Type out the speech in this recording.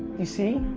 you see?